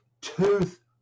Tooth